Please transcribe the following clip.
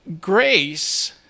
grace